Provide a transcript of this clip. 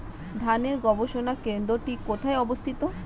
ধানের গবষণা কেন্দ্রটি কোথায় অবস্থিত?